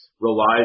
relies